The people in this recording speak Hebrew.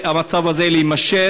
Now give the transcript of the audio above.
המצב הזה לא יכול להימשך,